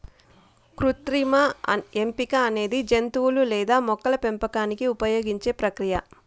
కృత్రిమ ఎంపిక అనేది జంతువులు లేదా మొక్కల పెంపకానికి ఉపయోగించే ప్రక్రియ